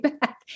back